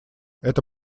эта